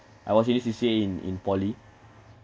I was headed C_C_A in in poly